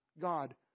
God